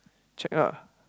check ah